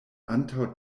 antaŭ